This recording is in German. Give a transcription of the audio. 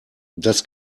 das